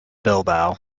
bilbao